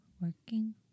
working